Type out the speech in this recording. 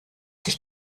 dich